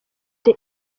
the